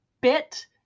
bit